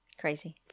crazy